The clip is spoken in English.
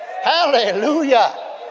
Hallelujah